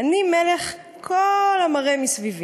/ אני מלך כל המראה מסביבי'.